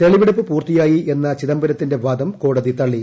തെളിവെടുപ്പ് പൂർത്തിയായി എന്ന ചിദംബരത്തിന്റെ വാദം കോടതി തള്ളി